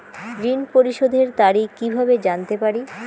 ঋণ পরিশোধের তারিখ কিভাবে জানতে পারি?